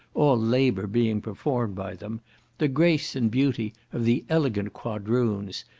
all labour being performed by them the grace and beauty of the elegant quadroons,